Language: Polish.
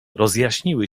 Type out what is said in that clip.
rozjaśniły